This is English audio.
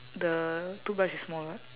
the toothbrush is small [what]